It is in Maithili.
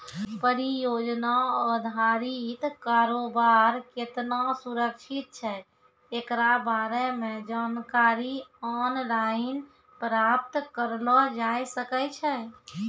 परियोजना अधारित कारोबार केतना सुरक्षित छै एकरा बारे मे जानकारी आनलाइन प्राप्त करलो जाय सकै छै